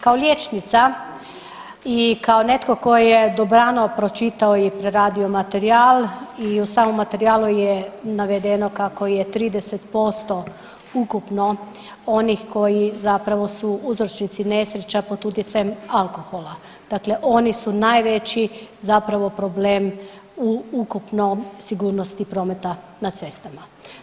Kao liječnica i kao netko tko je dobrano pročitao i preradio materijal i u samom materijalu je navedeno kako je 30% ukupno onih koji zapravo su uzročnici nesreća pod utjecajem alkohola, dakle oni su najveći zapravo problem u ukupnoj sigurnosti prometa na cestama.